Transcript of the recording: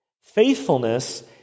Faithfulness